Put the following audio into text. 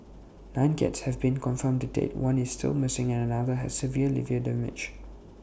nine cats have been confirmed dead one is still missing and another has severe liver damage